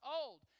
old